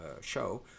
show